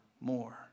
more